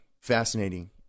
fascinating